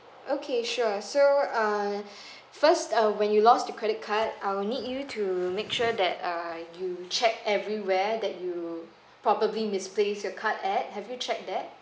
okay sure so err first uh when you lost your credit card I will need you to make sure that err you check everywhere that you probably misplace your card at have you check that